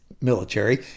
military